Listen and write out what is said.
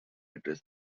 address